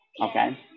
Okay